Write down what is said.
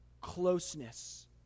closeness